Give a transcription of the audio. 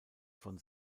von